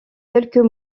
quelques